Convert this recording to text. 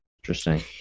Interesting